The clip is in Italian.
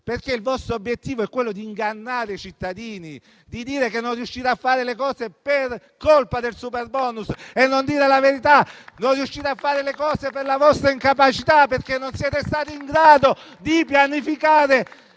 Rai. Il vostro obiettivo è quello di ingannare i cittadini, di dire che non riuscirà a fare le cose per colpa del superbonus e non dite la verità. Non riuscite a fare le cose per la vostra incapacità, perché non siete stati in grado di pianificare